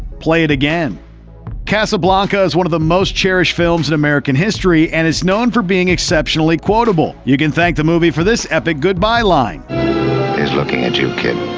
play it again casablanca is one of the most cherished films in american history and is known for being exceptionally quotable. you can thank the movie for this epic goodbye line here's looking at you, kid.